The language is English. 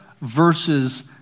verses